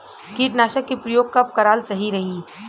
कीटनाशक के प्रयोग कब कराल सही रही?